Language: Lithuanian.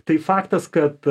tai faktas kad